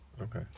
Okay